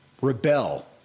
rebel